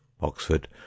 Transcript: Oxford